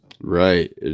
Right